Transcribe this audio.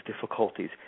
difficulties